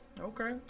Okay